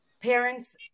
parents